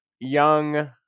Young